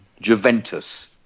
Juventus